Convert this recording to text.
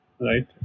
right